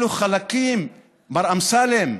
אלה חלקים, מר אמסלם,